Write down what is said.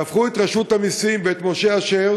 והפכו את רשות המסים ואת משה אשר